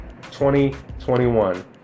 2021